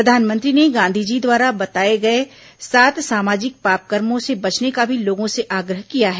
प्रधानमंत्री ने गांधी जी द्वारा बताये गये सात सामाजिक पापकर्मो से बचने का भी लोगों से आग्रह किया है